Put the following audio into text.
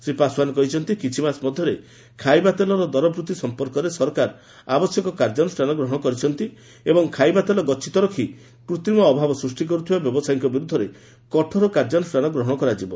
ଶ୍ରୀ ପାଶୱାନ କହିଛନ୍ତି କିଛି ମାସ ମଧ୍ୟରେ ଖାଇବା ତେଲର ଦରବୃଦ୍ଧି ସମ୍ପର୍କରେ ସରକାର ଆବଶ୍ୟକ କାର୍ଯ୍ୟାନୁଷ୍ଠାନ ଗ୍ରହଣ କରିଛନ୍ତି ଏବଂ ଖାଇବା ତେଲ ଗଛିତ ରଖି କୃତ୍ରିମ ଅଭାବ ସୃଷ୍ଟି କରୁଥିବା ବ୍ୟବସାୟୀଙ୍କ ବିରୁଦ୍ଧରେ କାର୍ଯ୍ୟାନୁଷ୍ଠାନ ଗ୍ରହଣ କରାଯିବ